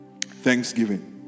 Thanksgiving